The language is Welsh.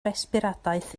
resbiradaeth